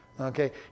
Okay